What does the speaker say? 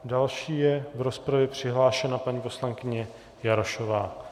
Další je v rozpravě přihlášena paní poslankyně Jarošová.